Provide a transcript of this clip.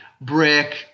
brick